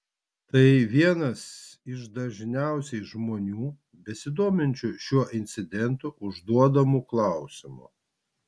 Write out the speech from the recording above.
tai vienas iš dažniausiai žmonių besidominčiu šiuo incidentu užduodamų klausimų